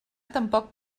tampoc